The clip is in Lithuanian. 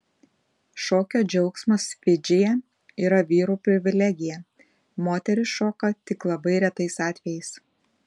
šokio džiaugsmas fidžyje yra vyrų privilegija moterys šoka tik labai retais atvejais